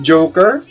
Joker